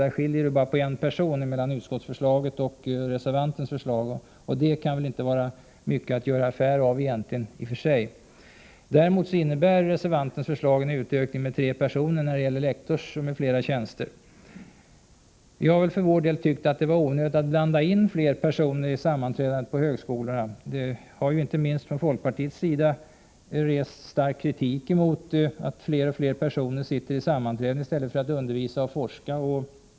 Där skiljer det bara på en person mellan utskottsförslaget och reservantens förslag, och det kan väl i och för sig inte vara mycket att göra affär av. Däremot innebär reservantens förslag en utökning med tre personer när det gäller lektorsm.fl. tjänster. Vi har för vår del tyckt att det är onödigt att blanda in fler personer i sammanträdandet på högskolorna. Inte minst från folkpartiets sida har det ju rests stark kritik mot att fler och fler personer sitter i sammanträden i stället för att undervisa och forska.